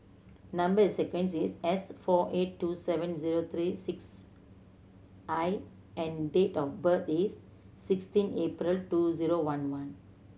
number sequence is S four eight two seven zero three six I and date of birth is sixteen April two zero one one